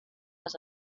les